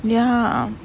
ya